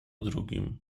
drugim